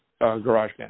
GarageBand